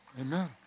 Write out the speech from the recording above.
Amen